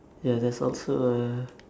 ya there's also uh